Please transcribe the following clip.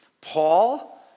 Paul